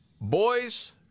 boys